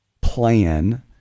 plan